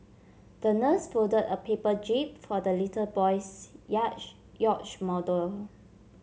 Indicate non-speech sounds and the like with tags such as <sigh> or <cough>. the nurse folded a paper jib for the little boy's <unintelligible> yacht model